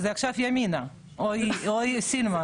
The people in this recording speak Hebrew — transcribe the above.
זה עכשיו ימינה או סילמן?